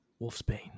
Wolfsbane